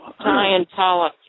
Scientology